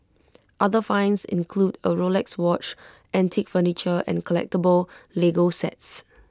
other finds include A Rolex watch antique furniture and collectable Lego sets